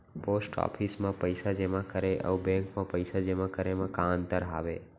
post office मा पइसा जेमा करे अऊ बैंक मा पइसा जेमा करे मा का अंतर हावे